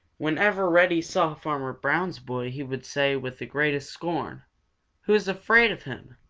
whenever reddy saw farmer brown's boy he would say with the greatest scorn who's afraid of him?